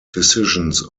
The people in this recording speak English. decisions